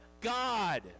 God